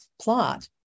plot